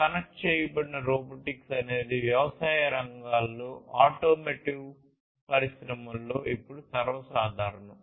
connect చేయబడిన robotics అనేది వ్యవసాయ రంగాలలో ఆటోమోటివ్ పరిశ్రమలలో ఇప్పుడు సర్వసాధారణం